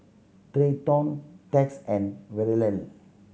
Treyton Tex and Verle